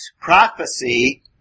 prophecy